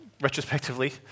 retrospectively